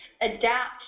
adapt